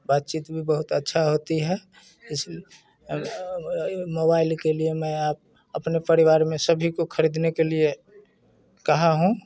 बातचीत भी बहुत अच्छी होती है इस मोबाइल के लिए मैं आप अपने परिवार में सभी को खरीदने के लिए कहा हूँ